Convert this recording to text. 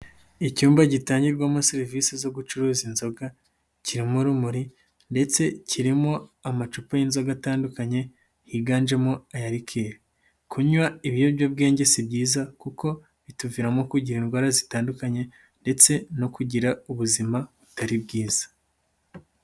Icyumba gitangirwamo serivisi zo gucuruza inzoga, kirimo urumuri ndetse kirimo amacupa y'inzoga atandukanye higanjemo aya rikeli, kunywa ibiyobyabwenge si byiza kuko bituviramo kugira indwara zitandukanye ndetse no kugira ubuzima butari bwiza.